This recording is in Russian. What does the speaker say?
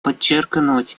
подчеркнуть